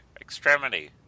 extremity